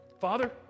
Father